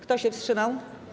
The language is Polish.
Kto się wstrzymał?